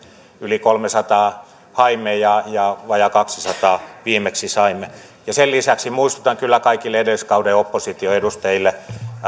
yli kolmeasataa haimme ja ja vajaa kahdeksisadaksi viimeksi saimme sen lisäksi muistutan kyllä kaikkia edellisen kauden opposition edustajia